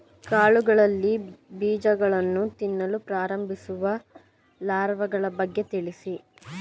ಕಾಳುಗಳಲ್ಲಿ ಬೀಜಗಳನ್ನು ತಿನ್ನಲು ಪ್ರಾರಂಭಿಸುವ ಲಾರ್ವಗಳ ಬಗ್ಗೆ ತಿಳಿಸಿ?